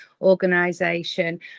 organization